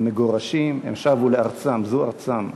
הם מגורשים, הם שבו לארצם, זו ארצם.